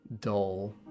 dull